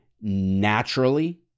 naturally